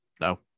No